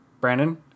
Brandon